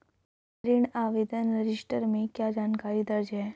ऋण आवेदन रजिस्टर में क्या जानकारी दर्ज है?